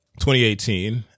2018